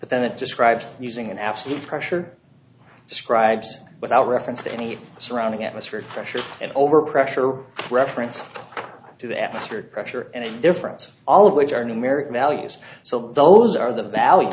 but then it describes using an absolute pressure describes without reference to any surrounding atmospheric pressure and overpressure reference to the atmospheric pressure and the difference all of which are numeric values so those are the val